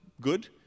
good